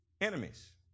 enemies